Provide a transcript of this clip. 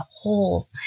whole